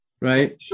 Right